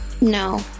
No